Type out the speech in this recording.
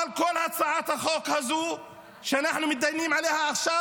אבל כל הצעת החוק הזו שאנחנו מתדיינים עליה עכשיו,